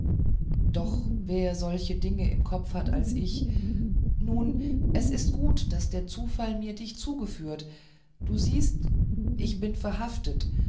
doch wer solche dinge im kopfe hat als ich nun es ist gut daß der zufall mir dich zugeführt du siehst ich bin verhaftet